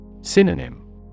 Synonym